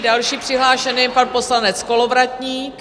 Další přihlášený je pan poslanec Kolovratník.